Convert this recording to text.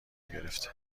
گرفته